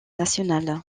nationale